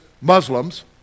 Muslims